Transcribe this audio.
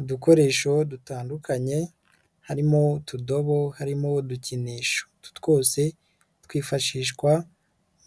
Udukoresho dutandukanye, harimo utudobo, harimo udukinisho, utu twose twifashishwa,